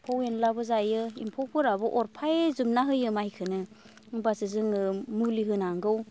एम्फौ एनलाबो जायो एम्फौफोराबो अरफाय जोबना होयो माइखौनो होनबासो जोङो मुलि होनांगौ